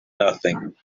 nothing